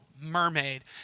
Mermaid